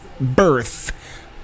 birth